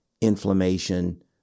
inflammation